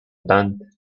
band